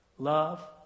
Love